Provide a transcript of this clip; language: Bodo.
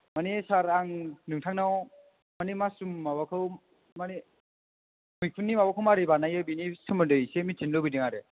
मानि सार आं नोंथांनाव माने मास्रुम माबाखौ माने मैखुननि माबाखौ मारै बानायो बिनि सोमोन्दै एसे मिथिनो लुबैदों आरो